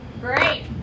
Great